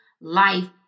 life